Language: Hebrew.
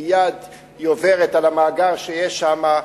היא עוברת מייד על המאגר שיש שם,